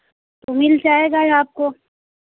मिल जाएगा यह आपको